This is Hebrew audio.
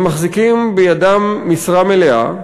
הם מחזיקים בידם משרה מלאה,